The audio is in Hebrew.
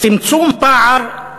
"צמצום פער"